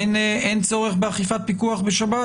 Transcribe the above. אין צורך באכיפה ופיקוח בשבת?